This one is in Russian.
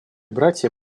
братья